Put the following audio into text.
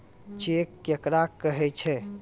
Cheque केकरा कहै छै?